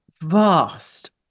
vast